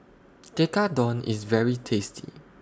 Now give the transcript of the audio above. Tekkadon IS very tasty